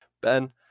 Ben